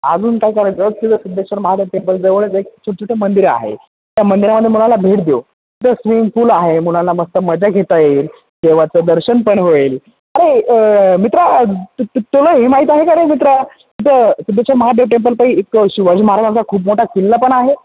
अजून काय करायचं सिद्धेश्वर महादेव टेम्पल जवळच एक छोट छोटे मंदिर आहे त्या मंदिरामध्ये मुलाला भेट देऊ तिथं स्विमिंग पूल आहे मुलाला मस्त मजा घेता येईल देवाचं दर्शन पण होईल अरे मित्रा तू तू तुला हे माहीत आहे का रे मित्रा तिथं सिद्धेश्वर महादेव टेम्पल काही एक शिवाजी महाराजांचा खूप मोठा किल्ला पण आहे